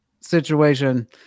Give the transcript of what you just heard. situation